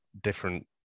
different